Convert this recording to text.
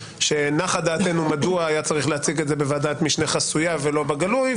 שנחה דעתנו מדוע היה צריך להציג את זה בוועדת משנה חסויה ולא בגלוי.